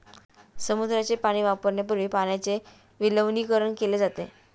समुद्राचे पाणी वापरण्यापूर्वी पाण्याचे विलवणीकरण केले जाते